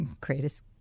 greatest